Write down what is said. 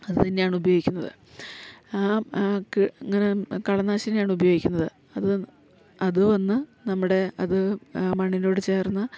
അത് തന്നെയാണുപയോഗിക്കുന്നത് ഇങ്ങനെ കളനാശിനിയാണുപയോഗിക്കുന്നത് അത് അത് വന്ന് നമ്മുടെ അത് മണ്ണിനോട് ചേർന്ന്